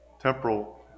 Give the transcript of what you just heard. Temporal